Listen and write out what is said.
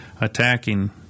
attacking